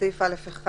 בסעיף (א)(1)